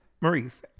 Maurice